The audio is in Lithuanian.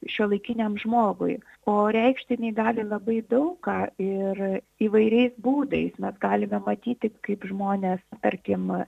šiuolaikiniam žmogui o reikšti jinai gali labai daug ką ir įvairiais būdais mes galime matyti kaip žmonės tarkim